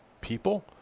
people